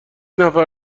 نفر